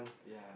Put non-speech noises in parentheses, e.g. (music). (noise) yeah